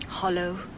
Hollow